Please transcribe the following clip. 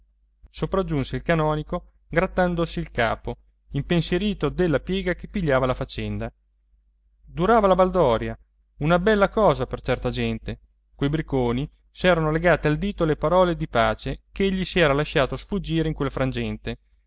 sopraggiunse il canonico grattandosi il capo impensierito della piega che pigliava la faccenda durava la baldoria una bella cosa per certa gente quei bricconi s'erano legate al dito le parole di pace ch'egli si era lasciato sfuggire in quel frangente